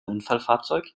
unfallfahrzeug